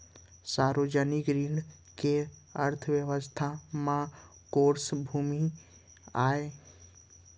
सार्वजनिक ऋण के अर्थव्यवस्था में कोस भूमिका आय?